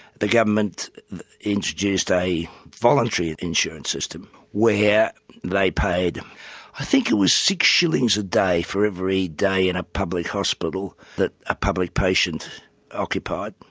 the government introduced a voluntary and insurance system where they like paid i think it was six shillings a day for every day in a public hospital that a public patient occupied,